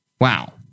wow